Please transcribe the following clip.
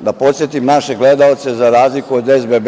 da podsetim naše gledaoce, za razliku od SBB